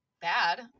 bad